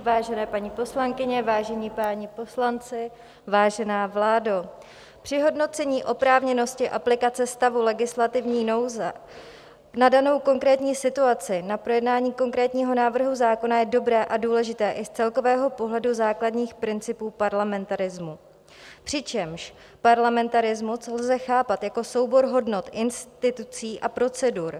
Vážené paní poslankyně, vážení páni poslanci, vážená vládo, při hodnocení oprávněnosti aplikace stavu legislativní nouze na danou konkrétní situaci, na projednání konkrétního návrhu zákona, je dobré a důležité i z celkového pohledu základních principů parlamentarismu, přičemž parlamentarismus lze chápat jako soubor hodnot, institucí a procedur.